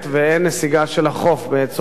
ואין נסיגה של החוף בצורה,